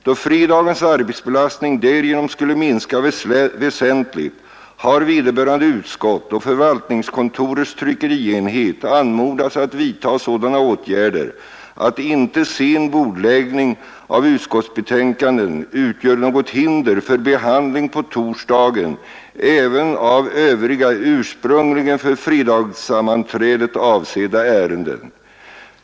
Då fredagens arbetsbelastning därigenom skulle minska väsentligt har vederbörande utskott och förvaltningskontorets tryckerienhet anmodats att vidtaga sådana åtgärder att inte sen bordläggning av utskottsbetänkanden utgör något hinder för behandling på torsdagen även av övriga ursprungligen för fredagssammanträdet avsedda ärenden.